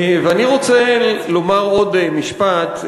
אני רוצה לומר עוד משפט,